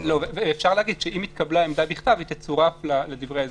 ואפשר להגיד שאם התקבלה עמדה בכתב היא תצורף לדברי ההסבר,